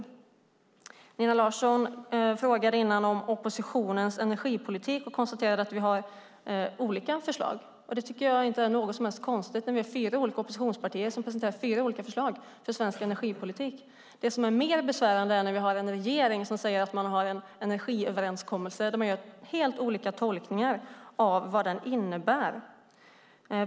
Nina Larsson frågade om oppositionens energipolitik och konstaterade att vi har olika förslag. Det tycker jag inte är konstigt. Vi är fyra olika oppositionspartier som presenterar fyra olika förslag för svensk energipolitik. Det är mer besvärande att vi har en regering som säger att man har en energiöverenskommelse och gör helt olika tolkningar av vad den innebär.